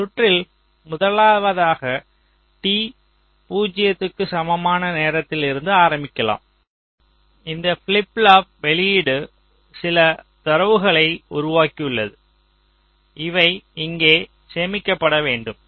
இந்த சுற்றில் முதலாவதாக t 0 க்கு சமமான நேரத்திலிருந்து ஆரம்பிக்கலாம் இந்த ஃபிளிப் ஃப்ளாப் வெளியீடு சில தரவுகளை உருவாக்கியுள்ளது அவை இங்கே சேமிக்கப்பட வேண்டும்